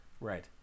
right